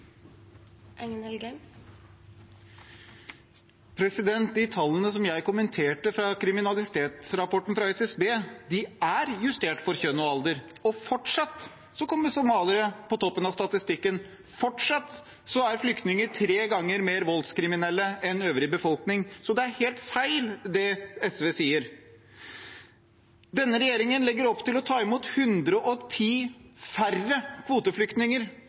De tallene fra kriminalitetsrapporten til SSB som jeg kommenterte, er justert for kjønn og alder, og fortsatt kommer somaliere på toppen av statistikken, fortsatt er flyktninger tre ganger mer voldskriminelle enn den øvrige befolkningen. Så det som SV sier, er helt feil. Denne regjeringen legger opp til å ta imot 110 færre kvoteflyktninger